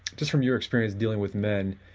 just from your experience dealing with men,